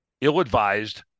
ill-advised